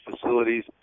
facilities